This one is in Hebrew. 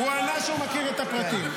--- הוא ענה שהוא מכיר את הפרטים.